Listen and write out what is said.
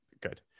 Good